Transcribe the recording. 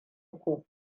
ku